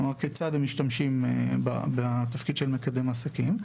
כלומר, כיצד הן משתמשות בתפקיד של מקדם העסקים.